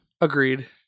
Agreed